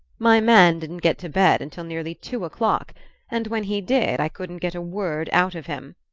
my man didn't get to bed until nearly two o'clock and when he did i couldn't get a word out of him.